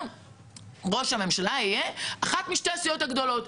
שראש הממשלה יהיה אחת משתי הסיעות הגדולות.